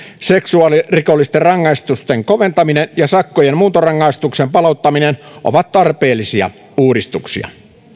seksuaalirikollisten rangaistusten koventaminen ja sakkojen muuntorangaistuksen palauttaminen ovat tarpeellisia uudistuksia